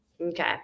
okay